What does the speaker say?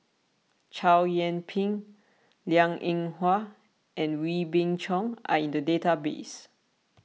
Chow Yian Ping Liang Eng Hwa and Wee Beng Chong are in the database